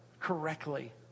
correctly